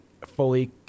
fully